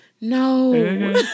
No